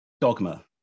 dogma